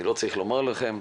אני לא צריך לומר לכם,